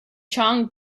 chong